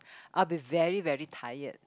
I'll be very very tired